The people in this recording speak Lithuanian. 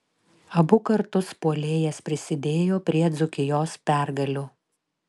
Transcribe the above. abu kartus puolėjas prisidėjo prie dzūkijos pergalių